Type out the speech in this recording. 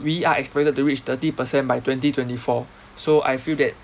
we are expected to reach thirty percent by twenty twenty four so I feel that